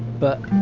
but.